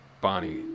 Bonnie